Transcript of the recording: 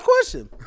question